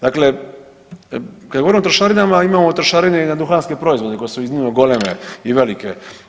Dakle, kad govorimo o trošarinama, imamo trošarine i na duhanske proizvode koje su iznimno goleme i velike.